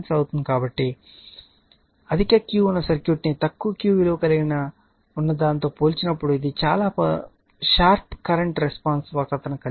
కాబట్టి అధిక Q ఉన్న సర్క్యూట్ ని తక్కువ Q విలువను కలిగి ఉన్న దానితో పోల్చినప్పుడు ఇది చాలా పదునైన కరెంట్ రెస్పాన్స్ వక్రతను కలిగి ఉంటుంది